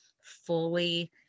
fully